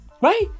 Right